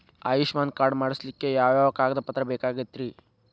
Ayushman card ಮಾಡ್ಸ್ಲಿಕ್ಕೆ ಯಾವ ಯಾವ ಕಾಗದ ಪತ್ರ ಬೇಕಾಗತೈತ್ರಿ?